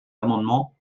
amendements